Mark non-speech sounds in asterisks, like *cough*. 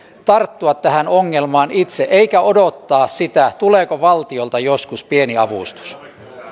*unintelligible* tarttua tähän ongelmaan itse eikä odottaa sitä tuleeko valtiolta joskus pieni avustus